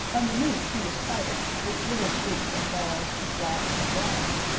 underneath he was whitish, with little streaks and bars of black and brown.